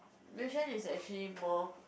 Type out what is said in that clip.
which one is actually more